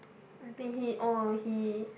I think he oh he